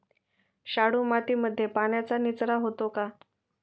शाडू मातीमध्ये पाण्याचा निचरा होतो का?